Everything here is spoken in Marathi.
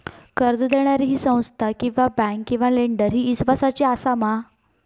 कर्ज दिणारी ही संस्था किवा बँक किवा लेंडर ती इस्वासाची आसा मा?